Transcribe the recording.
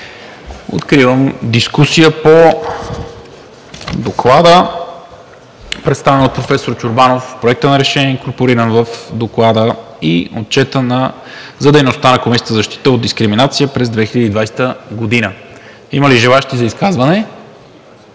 Откривам дискусията по Доклада, представен от професор Чорбанов, Проекта на Решение, инкорпориран в Доклада, и Отчета за дейността на Комисията за защита от дискриминация през 2020 г. Има ли желаещи за изказване?